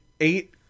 eight